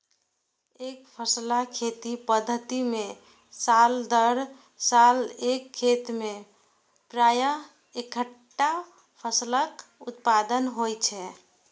एकफसला खेती पद्धति मे साल दर साल एक खेत मे प्रायः एक्केटा फसलक उत्पादन होइ छै